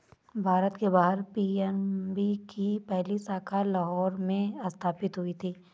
भारत के बाहर पी.एन.बी की पहली शाखा लाहौर में स्थापित हुई थी